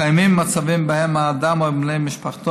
קיימים מצבים שבהם האדם או בני משפחתו